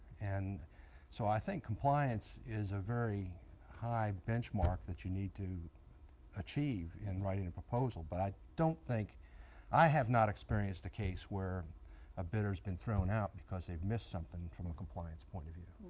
and so i think compliance is a very high benchmark that you need to achieve in writing a proposal, but i don't think i have not experienced a case where a bidder's been thrown out because they've missed something from a compliance point of view.